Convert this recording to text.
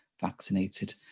vaccinated